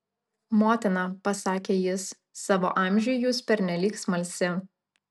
motina pasakė jis savo amžiui jūs pernelyg smalsi